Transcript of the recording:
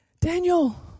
Daniel